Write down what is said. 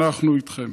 אנחנו איתכם.